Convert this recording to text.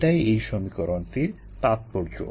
এটাই এই সমীকরণটির তাৎপর্য